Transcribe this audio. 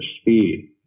speed